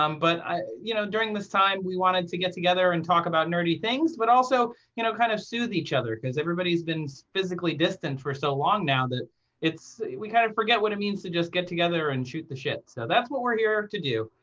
um but you know during this time, we wanted to get together and talk about nerdy things. but also you know kind of soothe each other. because everybody's been so physically distant for so long now that it's we kind of forget what it means to just get together and shoot the shit. so that's what we're here to do.